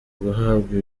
guhabwa